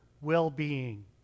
well-being